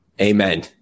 Amen